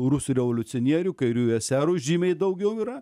rusų revoliucionierių kairiųjų eserų žymiai daugiau yra